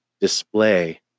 display